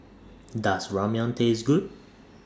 Does Ramyeon Taste Good